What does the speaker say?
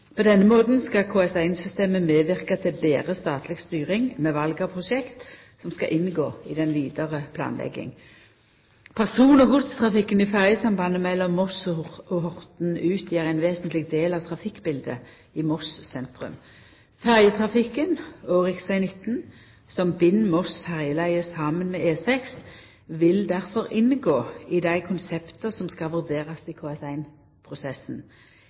På denne måten skal KS1-systemet medverka til betre statleg styring med val av prosjekt som skal inngå i den vidare planlegginga. Person- og godstrafikken i ferjesambandet mellom Moss og Horten utgjer ein vesentleg del av trafikkbiletet i Moss sentrum. Ferjetrafikken og rv. 19, som bind Moss ferjeleie saman med E6, vil difor inngå i dei konsepta som skal vurderast i